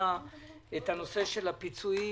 לוועדה את נושא הפיצויים